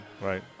right